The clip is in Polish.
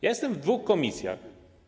Jestem w dwóch komisjach.